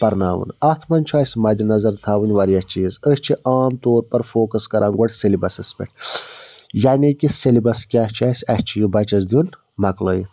پَرناوُن اَتھ منٛز چھُ اَسہِ مَدِ نظر تھاوٕنۍ واریاہ چیٖز أسۍ چھِ عام طور پَر فوکَس کَران گۄڈٕ سیلبَسَس پٮ۪ٹھ یعنے کہِ سیلبَس کیٛاہ چھُ اَسہِ اَسہِ چھُ یہِ بَچَس دیُن مۄکلٲوِتھ